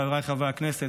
חבריי חברי הכנסת,